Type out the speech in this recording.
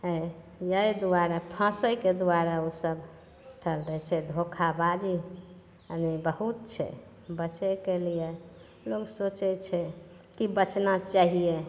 छै एहि दुआरे फँसैके दुआरे ओसब सब दै छै धोखा बाजी एनी बहुत छै बचैके लिये लोग सोचै छै की बचना चाहिये